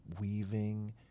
weaving